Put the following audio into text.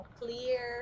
clear